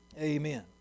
Amen